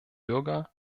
bürger